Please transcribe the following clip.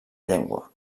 llengua